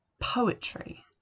poetry